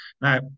Now